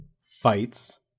fights